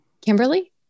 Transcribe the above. Kimberly